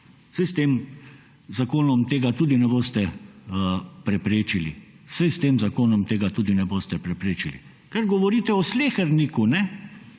saj s tem zakonom tega tudi ne boste preprečili, saj s tem zakonom tega tudi ne boste preprečili, ker govorite o sleherniku. O